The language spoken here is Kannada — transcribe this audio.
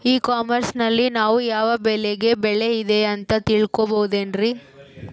ಇ ಕಾಮರ್ಸ್ ನಲ್ಲಿ ನಾವು ಯಾವ ಬೆಳೆಗೆ ಬೆಲೆ ಇದೆ ಅಂತ ತಿಳ್ಕೋ ಬಹುದೇನ್ರಿ?